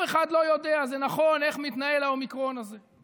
אף אחד לא יודע איך מתנהל האומיקרון הזה,